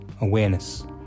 awareness